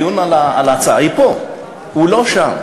הדיון על ההצעה הוא פה, הוא לא שם.